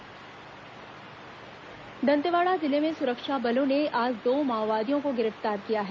माओवादी गिरफ्तार दंतेवाड़ा जिले में सुरक्षा बलों ने आज दो माओवादियों को गिरफ्तार किया है